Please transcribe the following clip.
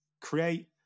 create